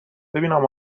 ببینم